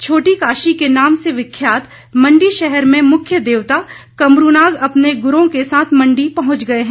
छोटी काशी के नाम से विख्यात मंडी शहर में मुख्य देवता कमरूनाग अपने गुरों के साथ मंडी पहुंच गए हैं